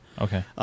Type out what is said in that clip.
Okay